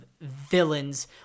villains